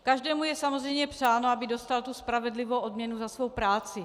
Každému je samozřejmě přáno, aby dostal tu spravedlivou odměnu za svou práci.